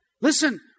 Listen